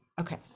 okay